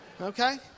Okay